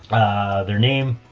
ah, their name,